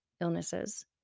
illnesses